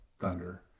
thunder